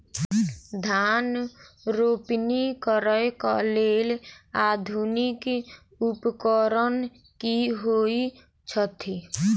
धान रोपनी करै कऽ लेल आधुनिक उपकरण की होइ छथि?